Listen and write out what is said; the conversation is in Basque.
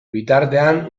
bitartean